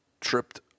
tripped